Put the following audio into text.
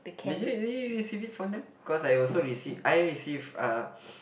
did you really receive it from them cause I also received I received uh